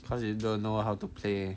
cause you don't know how to play